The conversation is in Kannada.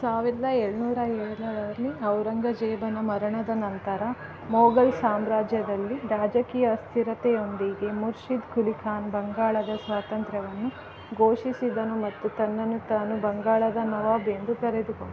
ಸಾವಿರದ ಏಳುನೂರ ಏಳರಲ್ಲಿ ಔರಂಗಜೇಬನ ಮರಣದ ನಂತರ ಮೊಘಲ್ ಸಾಮ್ರಾಜ್ಯದಲ್ಲಿ ರಾಜಕೀಯ ಅಸ್ಥಿರತೆಯೊಂದಿಗೆ ಮುರ್ಷಿದ್ ಕುಲಿ ಖಾನ್ ಬಂಗಾಳದ ಸ್ವಾತಂತ್ರ್ಯವನ್ನು ಘೋಷಿಸಿದನು ಮತ್ತು ತನ್ನನ್ನು ತಾನು ಬಂಗಾಳದ ನವಾಬ್ ಎಂದು ಕರೆದುಕೊಂಡನು